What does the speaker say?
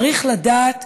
צריך לדעת.